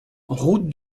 route